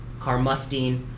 carmustine